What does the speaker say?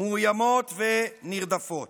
מאוימות ונרדפות.